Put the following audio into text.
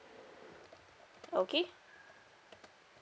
okay